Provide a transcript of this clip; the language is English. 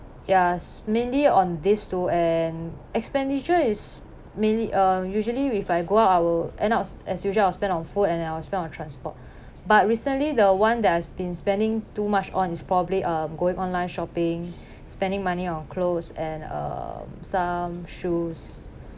yes mainly on these two and expenditure is mainly uh usually if I go out I will end up as usual I'll spend on food and I'll spend on transport but recently the one that I've been spending too much on is probably um going online shopping spending money on clothes and uh some shoes